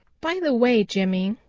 by the way, jimmy,